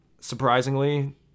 Surprisingly